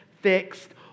fixed